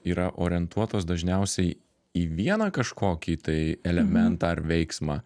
yra orientuotos dažniausiai į vieną kažkokį tai elementą ar veiksmą